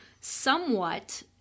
somewhat –